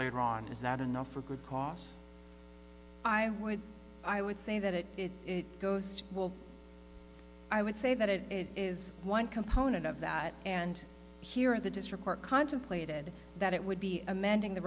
later on is that enough for good cost i would i would say that it is a ghost will i would say that it is one component of that and here the district court contemplated that it would be amending t